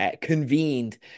convened